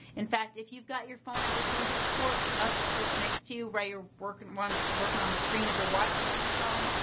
in fact if, you've got your phone out with you just pull it up just next to you, right? if you're working one working on the screen, if you're watching on your phone,